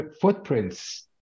footprints